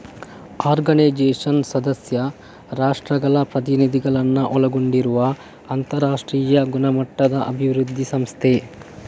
organisation ಸದಸ್ಯ ರಾಷ್ಟ್ರಗಳ ಪ್ರತಿನಿಧಿಗಳನ್ನ ಒಳಗೊಂಡಿರುವ ಅಂತರಾಷ್ಟ್ರೀಯ ಗುಣಮಟ್ಟದ ಅಭಿವೃದ್ಧಿ ಸಂಸ್ಥೆ